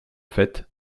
faites